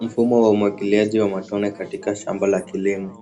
Mfumo wa umwagiliaji wa matone katika shamba la kilimo.